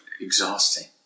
Exhausting